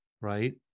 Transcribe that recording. Right